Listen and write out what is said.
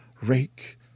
rake